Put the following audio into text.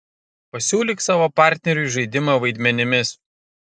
pasiūlyk savo partneriui žaidimą vaidmenimis